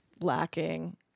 lacking